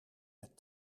met